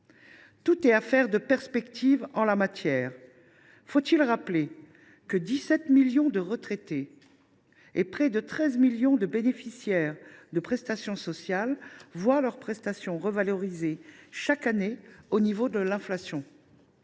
Tout est affaire de perspective en la matière. Faut il rappeler que 17 millions de retraités et près de 13 millions de bénéficiaires de prestations sociales voient leurs prestations revalorisées chaque année au niveau de l’inflation ?